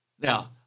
Now